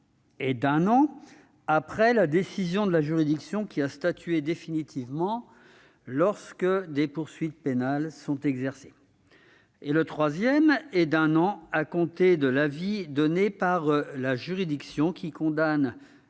est d'un an après la décision de la juridiction qui a statué définitivement lorsque des poursuites pénales sont exercées ; le troisième est d'un an à compter de l'avis donné par la juridiction qui condamne